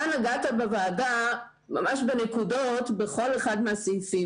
כאן נגעת בוועדה, ממש בנקודות, בכל אחד מהסעיפים.